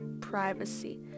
privacy